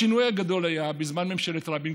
השינוי הגדול היה בזמן ממשלת רבין,